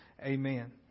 amen